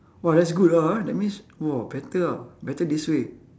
!wah! that's good ah that means !wah! better ah better this way